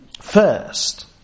first